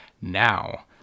Now